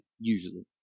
usually